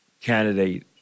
candidate